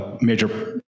major